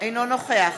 אינו נוכח